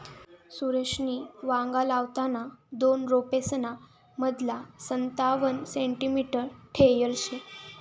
सुरेशनी वांगा लावताना दोन रोपेसना मधमा संतावण सेंटीमीटर ठेयल शे